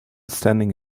standing